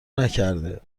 نکرده